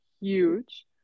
huge